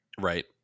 Right